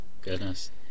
Goodness